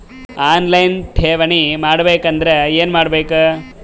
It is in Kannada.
ಆನ್ ಲೈನ್ ಠೇವಣಿ ಮಾಡಬೇಕು ಅಂದರ ಏನ ಮಾಡಬೇಕು?